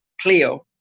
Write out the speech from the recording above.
Cleo